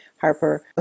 Harper